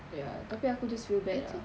ya tapi aku just feel bad ah